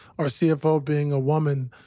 our cfo being a woman